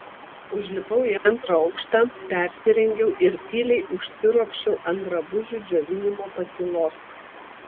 užlipau į antrą aukštą persirengiau ir tyliai užsiropščiau ant drabužių džiovinimo pakylos